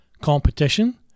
competition